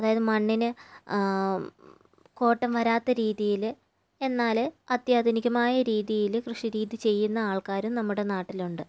അതായത് മണ്ണിന് കോട്ടം വരാത്ത രീതിയില് എന്നാല് അത്യാധുനികമായ രീതിയില് കൃഷി രീതി ചെയ്യുന്ന ആൾക്കാരും നമ്മുടെ നാട്ടിലുണ്ട്